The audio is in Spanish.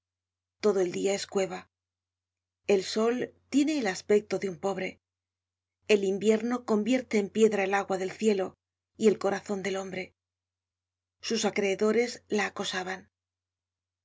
todo el dia es cueva el sol tiene el aspecto de un pobre el invierno convierte en piedra el agua del cielo y el corazon del hombre sus acreedores la acosaban